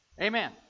Amen